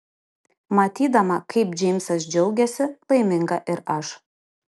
matydama kaip džeimsas džiaugiasi laiminga ir aš